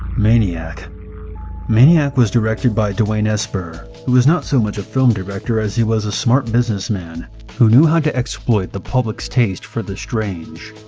maniac maniac was directed by dwain esper, who was not so much a film director as he was a smart businessman who knew how to exploit the public's taste for the strange.